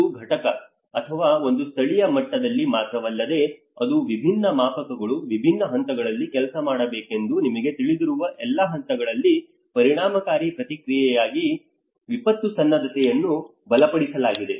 ಒಂದು ಘಟಕ ಅಥವಾ ಒಂದು ಸ್ಥಳೀಯ ಮಟ್ಟದಲ್ಲಿ ಮಾತ್ರವಲ್ಲದೆ ಅದು ವಿಭಿನ್ನ ಮಾಪಕಗಳು ವಿಭಿನ್ನ ಹಂತಗಳಲ್ಲಿ ಕೆಲಸ ಮಾಡಬೇಕೆಂದು ನಿಮಗೆ ತಿಳಿದಿರುವ ಎಲ್ಲಾ ಹಂತಗಳಲ್ಲಿ ಪರಿಣಾಮಕಾರಿ ಪ್ರತಿಕ್ರಿಯೆಗಾಗಿ ವಿಪತ್ತು ಸನ್ನದ್ಧತೆಯನ್ನು ಬಲಪಡಿಸಲಾಗಿದೆ